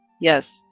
Yes